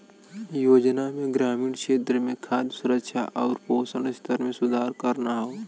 योजना में ग्रामीण क्षेत्र में खाद्य सुरक्षा आउर पोषण स्तर में सुधार करना हौ